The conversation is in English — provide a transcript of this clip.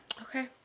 Okay